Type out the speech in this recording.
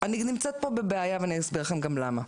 אני נמצאת פה בבעיה ואני אסביר לכם גם למה.